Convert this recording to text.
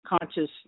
consciousness